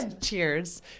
Cheers